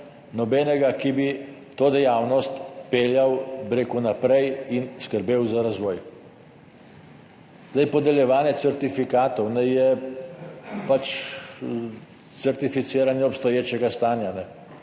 nobenega, ki bi to dejavnost peljal naprej in skrbel za razvoj. Podeljevanje certifikatov je certificiranje obstoječega stanja, mi